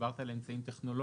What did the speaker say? דיברת על אמצעים טכנולוגיים,